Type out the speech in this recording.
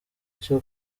cyo